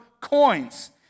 coins